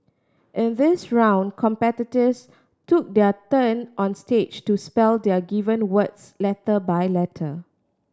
in this round competitors took their turn on stage to spell their given words letter by letter